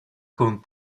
con